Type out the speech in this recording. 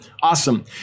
Awesome